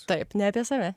taip ne apie save